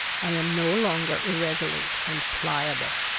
i am no longer irresolute and pliable.